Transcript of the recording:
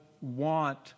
want